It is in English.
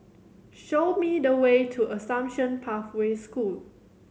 show me the way to Assumption Pathway School